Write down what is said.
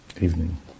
Evening